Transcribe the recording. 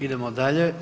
Idemo dalje.